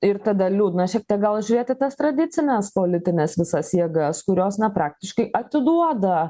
ir tada liūdna šiek tiek gal žiūrėt į tas tradicines politines visas jėgas kurios na praktiškai atiduoda